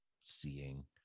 seeing